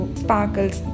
sparkles